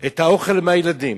את האוכל מהילדים,